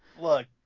look